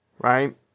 Right